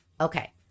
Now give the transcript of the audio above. Okay